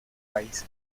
país